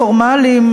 פורמליים,